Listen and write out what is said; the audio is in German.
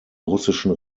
russischen